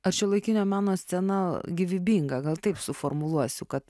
ar šiuolaikinio meno scena gyvybinga gal taip suformuluosiu kad